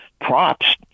props